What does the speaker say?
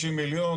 וה-150 מיליון,